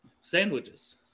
Sandwiches